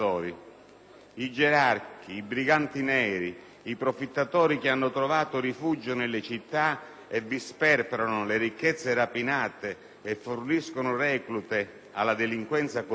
I gerarchi, i briganti neri, i profittatori, che hanno trovato rifugio nelle città, che sperperano le ricchezze rapinate e forniscono reclute alla delinquenza comune